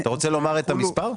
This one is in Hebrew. אתה רוצה לומר את המספר?